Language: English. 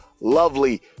lovely